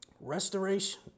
Restoration